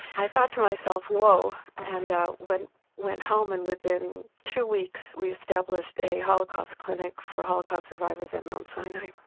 i thought to myself, whoa and and went went home and within two weeks, we established a holocaust clinic for holocaust survivors at mount sinai